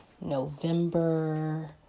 November